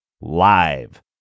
live